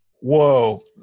Whoa